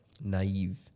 naive